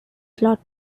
slot